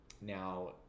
Now